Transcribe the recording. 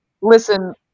Listen